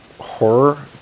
horror